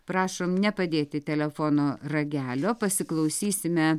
prašom nepadėti telefono ragelio pasiklausysime